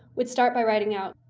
we'd start by writing out